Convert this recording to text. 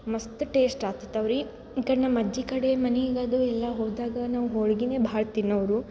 ಮಸ್ತ್ ಟೇಸ್ಟ್ ಆಗ್ತವ್ ರೀ ಅವ್ರಿಗೆ ಈಕಡೆ ನಮ್ಮ ಅಜ್ಜಿ ಕಡೆ ಮನೆಗ್ ಅದು ಎಲ್ಲ ಹೋದಾಗ ನಾವು ಹೋಳ್ಗೆ ಭಾಳ್ ತಿನ್ನೋವ್ರು